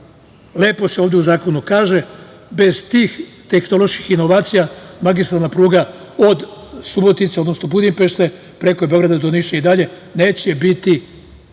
važan. Lepo se u zakonu kaže, bez tih tehnoloških inovacija, magistralna pruga od Subotice, odnosno Budimpešte preko Beograda i Niša, neće biti